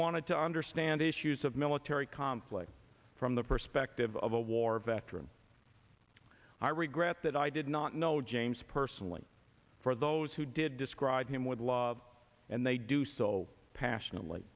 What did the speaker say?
wanted to understand issues of military conflict from the perspective of a war veteran i regret that i did not know james personally for those who did describe him with love and they do so passionately